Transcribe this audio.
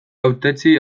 hautetsi